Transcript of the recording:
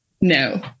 No